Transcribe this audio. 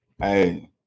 Hey